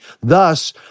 thus